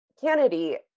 Kennedy